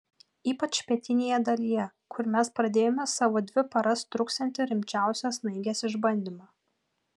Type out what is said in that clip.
ypač pietinėje dalyje kur mes pradėjome savo dvi paras truksiantį rimčiausią snaigės išbandymą